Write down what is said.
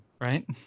right